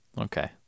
Okay